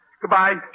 Goodbye